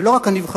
ולא רק הנבחרים,